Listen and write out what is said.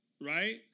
right